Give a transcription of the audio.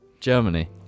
Germany